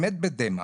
באמת בדמע,